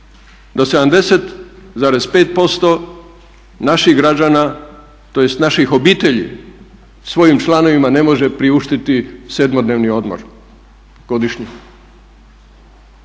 da 70,5% naših građana tj. naših obitelji svojim članovima ne može priuštiti 7-dnevni odmor godišnji,